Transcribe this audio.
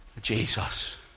Jesus